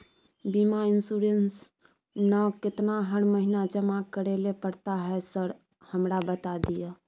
बीमा इन्सुरेंस ना केतना हर महीना जमा करैले पड़ता है सर हमरा बता दिय?